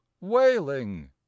wailing